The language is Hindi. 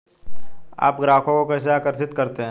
आप ग्राहकों को कैसे आकर्षित करते हैं?